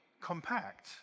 compact